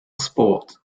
sport